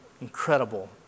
incredible